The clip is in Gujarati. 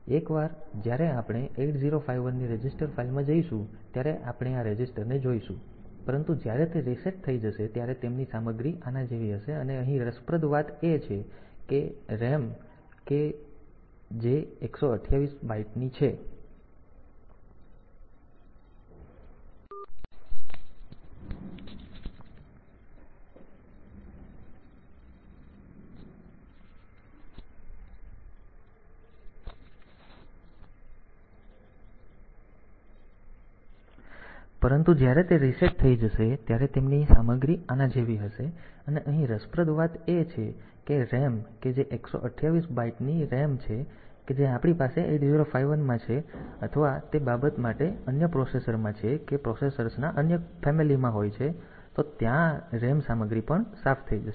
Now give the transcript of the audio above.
તેથી આ ખાસ છે અને કહો કે એકવાર જયારે આપણે 8051 ની રજિસ્ટર ફાઈલમાં જઈશું ત્યારે આપણે આ રજિસ્ટરને જોઈશું પરંતુ જ્યારે તે રીસેટ થઈ જશે ત્યારે તેમની સામગ્રી આના જેવી હશે અને અહીં રસપ્રદ વાત એ છે કે RAM કે જે 128 બાઈટ ની RAM છે કે જે આપણી પાસે 8051 માં છે અથવા તે બાબત માટે અન્ય પ્રોસેસર્સમાં છે કે પ્રોસેસર્સના અન્ય કુટુંબમાં હોય છે તો ત્યાં RAM સામગ્રી પણ સાફ થઈ જશે